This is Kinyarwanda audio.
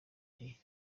nti